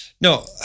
No